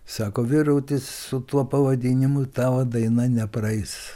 sako vyruti su tuo pavadinimu tavo daina nepraeis